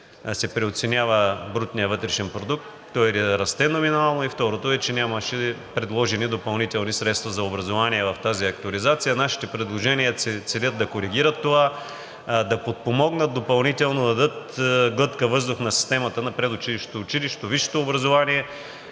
се преоценява брутният вътрешен продукт, той да расте номинално, и второто е, че нямаше предложени допълнителни средства за образование в тази актуализация. Нашите предложения целят да коригират това, да подпомогнат допълнително, да дадат глътка въздух на системата на предучилищното, училищното и висшето образование.